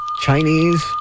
Chinese